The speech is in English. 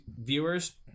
viewers